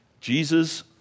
Jesus